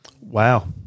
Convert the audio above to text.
Wow